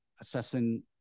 assessing